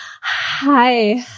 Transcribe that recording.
Hi